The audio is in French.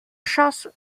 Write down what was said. chasse